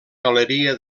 galeria